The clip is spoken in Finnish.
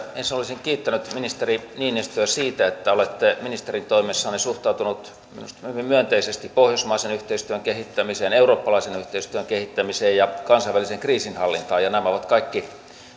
ensin olisin kiittänyt ministeri niinistöä siitä että olette ministerin toimessanne suhtautunut minusta hyvin myönteisesti pohjoismaisen yhteistyön kehittämiseen eurooppalaisen yhteistyön kehittämiseen ja kansainväliseen kriisinhallintaan nämä ovat kaikki